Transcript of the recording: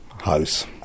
house